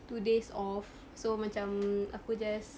two days off so macam aku just